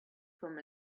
from